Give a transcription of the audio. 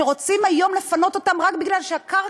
שכן רוצים היום לפנות אותם רק כי הקרקע